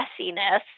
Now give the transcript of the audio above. messiness